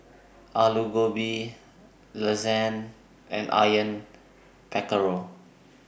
Alu Gobi Lasagne and Onion Pakora